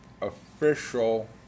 official